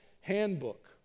handbook